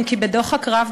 אם כי בדוחק רב,